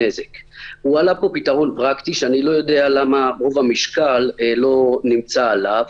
הועלה פה פתרון פרקטי ואני לא יודע למה רוב המשקל לא נמצא עליו